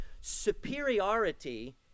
Superiority